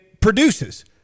produces